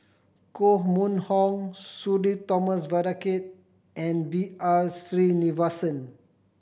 Koh Mun Hong Sudhir Thomas Vadaketh and B R Sreenivasan